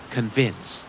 Convince